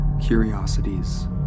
curiosities